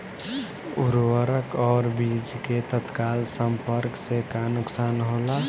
उर्वरक और बीज के तत्काल संपर्क से का नुकसान होला?